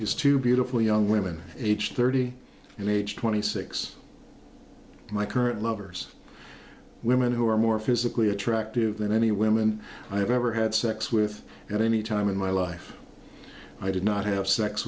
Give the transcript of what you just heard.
is two beautiful young women aged thirty and age twenty six my current lovers women who are more physically attractive than any women i have ever had sex with at any time in my life i did not have sex